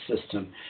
system